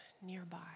nearby